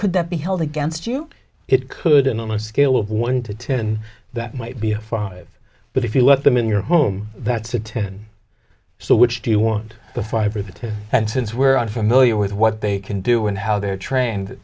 could that be held against you it could and on a scale of one to ten that might be a five but if you let them in your home that's a ten so which do you want the five or the ten and since we're on familiar with what they can do and how they're trained